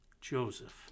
Joseph